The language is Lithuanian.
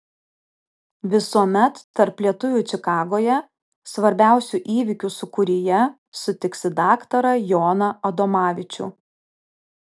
visuomet tarp lietuvių čikagoje svarbiausių įvykių sūkuryje sutiksi daktarą joną adomavičių